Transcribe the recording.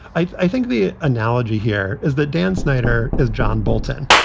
i think the analogy here is that dan snyder is john bolton,